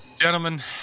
gentlemen